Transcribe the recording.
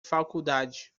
faculdade